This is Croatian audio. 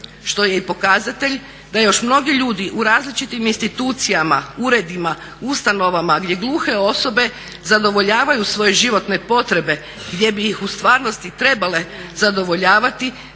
što je i pokazatelj da još mnogi ljudi u različitim institucijama, uredima, ustanovama gdje gluhe osobe zadovoljavaju svoje životne potrebe gdje bi ih u stvarnost trebale zadovoljavati